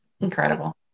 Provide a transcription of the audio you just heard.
Incredible